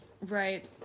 Right